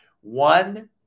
One